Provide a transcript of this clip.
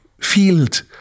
field